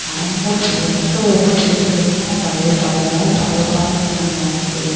அதனால இப்போ எனக்கு ரொம்ப பிடிச்சதுனா பழைய பாடல் தான் பழைய பாடலுக்கான வார்த்தை